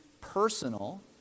personal